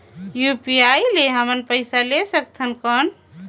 UPI ले हमन पइसा ले सकथन कौन?